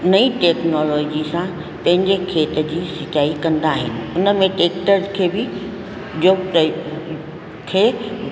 नईं टेक्नोलोजी सां पंहिंजे खेत जी सिंचाई कंदा आहिनि उन में टेक्टर खे बि जोप ॾई खे